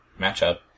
matchup